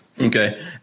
Okay